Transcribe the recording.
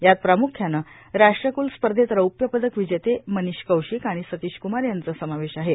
यात प्रामुख्यानं राष्ट्रकुल स्पर्धेत रौप्यपदक विजेते मनिष कौशिक आणि संतिश क्मार यांचा समावेश आहे